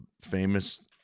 famous